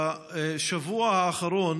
בשבוע האחרון